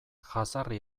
jazarri